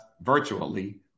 virtually